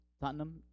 Tottenham